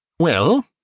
well,